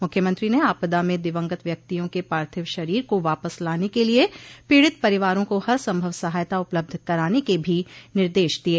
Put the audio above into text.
मुख्यमंत्री ने आपदा में दिवंगत व्यक्तियों के पार्थिव शरीर को वापस लाने के लिये पीड़ित परिवारों को हर संभव सहायता उपलब्ध कराने के भी निर्देश दिये